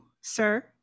sir